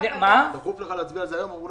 ולא